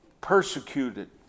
persecuted